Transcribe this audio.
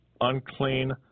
unclean